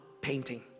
painting